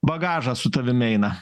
bagažas su tavimi eina